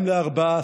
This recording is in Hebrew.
אם לארבעה,